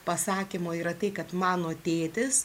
pasakymo yra tai kad mano tėtis